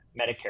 Medicare